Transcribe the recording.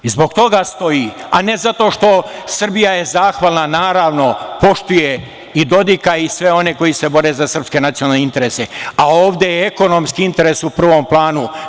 Zbog toga stoji, a ne zato što, Srbija je zahvalna, naravno, poštuje i Dodika i sve one koji se bore za srpske nacionalne interese, a ovde je ekonomski interes u prvom planu.